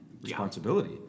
responsibility